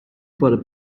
for